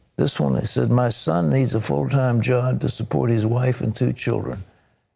this one says my son needs a full time job to support his wife and two children.